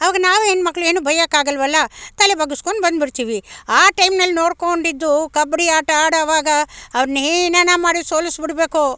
ಆವಾಗ ನಾವು ಹೆಣ್ಮಕ್ಳು ಏನು ಬಯ್ಯೊಕ್ಕಾಗೋಲ್ವಲ್ಲ ತಲೆ ಬಗ್ಗಿಸ್ಕೊಂಡು ಬಂದ್ಬಿಡ್ತೀವಿ ಆ ಟೈಮ್ನಲ್ಲಿ ನೋಡ್ಕೋಂಡಿದ್ದು ಕಬಡ್ಡಿ ಆಟ ಆಡೋವಾಗ ಅವ್ರನ್ನ ಏನನಾ ಮಾಡಿ ಸೋಲಿಸಿಬಿಡ್ಬೇಕು